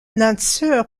lanceur